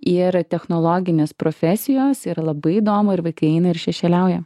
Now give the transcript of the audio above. ir technologinės profesijos yra labai įdomu ir vaikai eina ir šešėliauja